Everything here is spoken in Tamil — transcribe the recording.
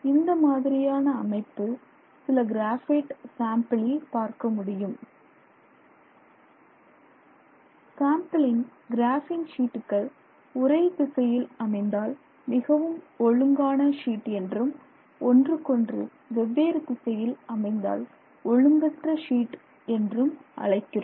இந்த மாதிரியான அமைப்பு சில கிராஃபைட் சாம்பிளில் பார்க்க முடியும் சாம்பிளின் கிராபின் ஷீட்டுகள் ஒரே திசையில் அமைந்தால் மிகவும் ஒழுங்கான ஷீட் என்றும் ஒன்றுக்கொன்று வெவ்வேறு திசையில் அமைந்தால் ஒழுங்கற்ற ஷீட் என்றும் அழைக்கிறோம்